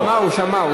הוא שמע,